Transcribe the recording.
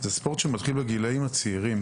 זה ספורט שמתחיל בגילאים הצעירים